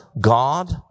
God